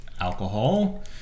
alcohol